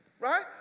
right